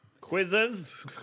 Quizzes